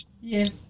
Yes